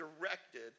directed